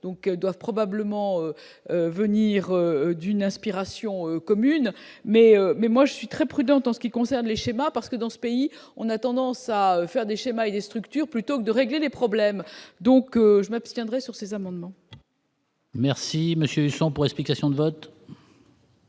donc doivent probablement venir d'une aspiration commune mais, mais moi je suis très prudente en ce qui concerne les schémas parce que dans ce pays, on a tendance à faire des schémas et des structures plutôt que de régler les problèmes, donc je maintiendrai sur ces amendements. Merci monsieur Huchon pour explication de vote.